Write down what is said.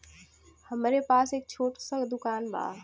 हमरे पास एक छोट स दुकान बा